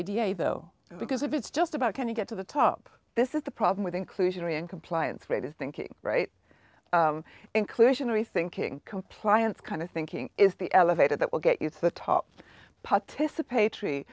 a though because it's just about can you get to the top this is the problem with inclusionary and compliance rate is thinking right inclusionary thinking compliance kind of thinking is the elevator that will get you to the top participate tree